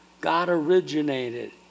God-originated